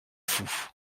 fous